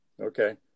okay